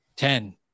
Ten